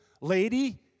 lady